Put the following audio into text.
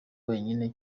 wenyine